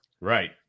Right